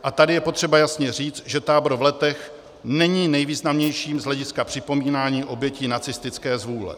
A tady je potřeba jasně říct, že tábor v Letech není nejvýznamnějším z hlediska připomínání obětí nacistické zvůle.